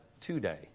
today